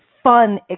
fun